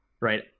right